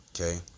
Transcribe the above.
Okay